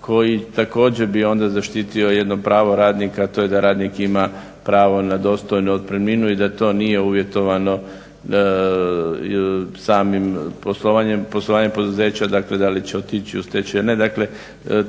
koji također bi onda zaštitio jedno pravo radnika, a to je da radnik ima pravo na dostojnu otpremninu i da to nije uvjetovano samim poslovanjem poduzeća, dakle da li će otići u stečaj ili ne. Dakle